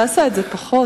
תעשה את זה פחות.